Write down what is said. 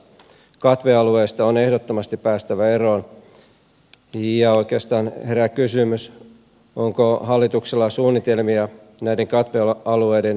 katvealueista on ehdottomasti päästävä eroon ja oikeastaan herää kysymys onko hallituksella suunnitelmia näiden katvealueiden vähentämiseksi